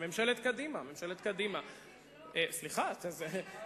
מי זה היה?